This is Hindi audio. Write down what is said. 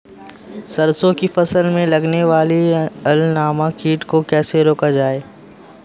सरसों की फसल में लगने वाले अल नामक कीट को कैसे रोका जाए?